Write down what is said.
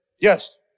Yes